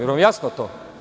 Je l' vam jasno to?